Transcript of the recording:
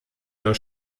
nur